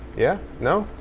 yeah? no?